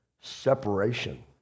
separation